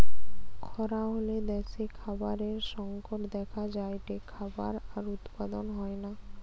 খরা হলে দ্যাশে খাবারের সংকট দেখা যায়টে, খাবার আর উৎপাদন হয়না